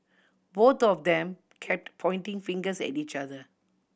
both of them kept pointing fingers at each other